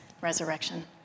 resurrection